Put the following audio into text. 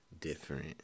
Different